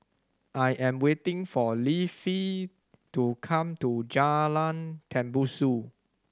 I am waiting for Leafy to come to Jalan Tembusu